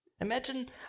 Imagine